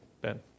Ben